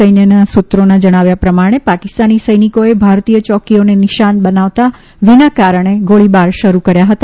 સૈન્ય સૂત્રોના જણાવ્યા પ્રમાણે પાકિસ્તાની સૈનિકોએ ભારતીય યોકીઓને નિશાન બનાવતા વિના કારણે ગોળીબાર શરૂ કર્યા હતા